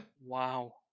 Wow